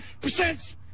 percent